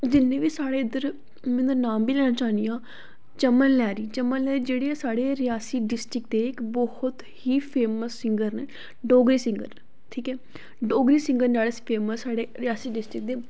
ते जिन्ने बी साढ़े इद्धर में उंदा नाम बी लैना चाहन्नीं आं चमन लैहरी चमन लैहरी जेह्ड़े स्हाड़े रियासी डिस्ट्रिक्ट दे बहुत ही फेमस सिंगर न डोगरी सिंगर ठीक ऐ डोगरी सिंगर न फेमस साढ़े रियासी डिस्ट्रिक्ट दे